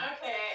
Okay